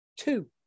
Two